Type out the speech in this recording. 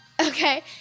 Okay